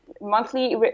monthly